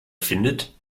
findet